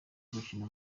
gukina